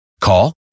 Call